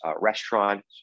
restaurant